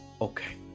Okay